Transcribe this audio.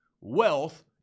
Wealth